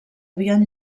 havien